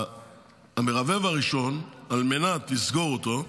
המרבב הראשון, על מנת לסגור אותו,